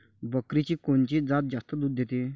बकरीची कोनची जात जास्त दूध देते?